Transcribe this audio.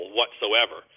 whatsoever